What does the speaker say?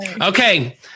Okay